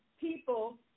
people